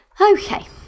Okay